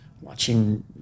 watching